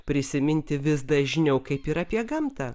prisiminti vis dažniau kaip ir apie gamtą